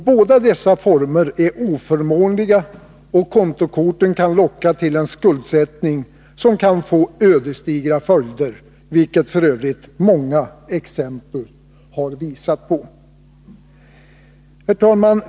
Båda dessa former är oförmånliga och kontokorten kan locka till en skuldsättning som kan få ödesdigra följder, vilket f. ö. många exempel har visat. Herr talman!